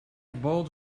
bold